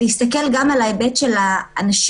להסתכל גם על ההיבט של האנשים,